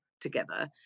together